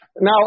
Now